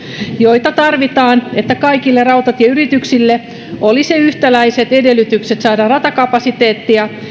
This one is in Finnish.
joita tarvitaan että kaikille rautatieyrityksille olisi yhtäläiset edellytykset saada ratakapasiteettia